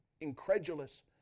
incredulous